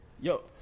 Yo